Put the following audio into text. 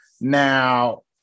Now